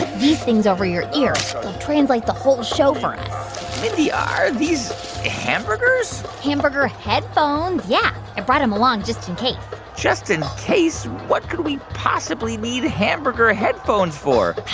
these things over your ears. they'll translate the whole show for us mindy, are these hamburgers? hamburger headphones, yeah. i brought them along just in case just in case? what could we possibly need hamburger headphones for?